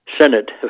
Senate